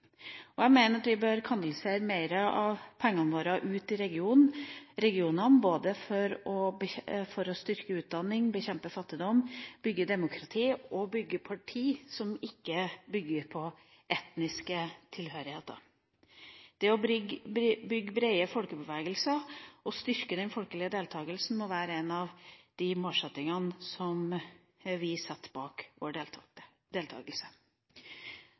demokrati. Jeg mener at vi bør kanalisere mer av pengene våre ut i regionene, både for å styrke utdanning, bekjempe fattigdom, bygge demokrati og bygge parti som ikke bygger på etnisk tilhørighet. Det å bygge brede folkebevegelser og styrke den folkelige deltagelsen må være en av de målsettingene som vi satte bak vår